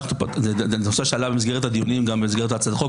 זה נושא שעלה בדיונים בהצעת החוק,